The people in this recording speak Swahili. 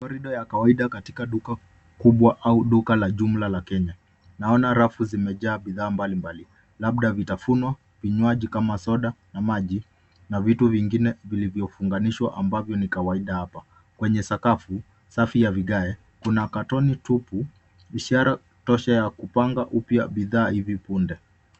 Korido ya kawaida katika duka kubwa au duka la jumla la Kenya. Naona rafu zimejaa bidhaa mbalimbali labda vitafunwa, vinywaji kama soda na maji na vitu vingine vilivyofunganishwa ambavyo ni kawaida hapa. Kwenye sakafu safi ya vigae kuna katoni tupu ishara tosha ya kupanga upya bidhaa ivi punde.